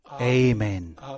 Amen